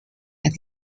but